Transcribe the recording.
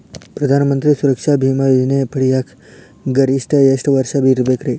ಪ್ರಧಾನ ಮಂತ್ರಿ ಸುರಕ್ಷಾ ಭೇಮಾ ಯೋಜನೆ ಪಡಿಯಾಕ್ ಗರಿಷ್ಠ ಎಷ್ಟ ವರ್ಷ ಇರ್ಬೇಕ್ರಿ?